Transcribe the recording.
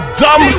dumb